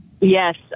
Yes